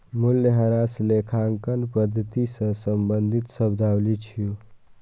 मूल्यह्रास लेखांकन पद्धति सं संबंधित शब्दावली छियै